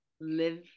Live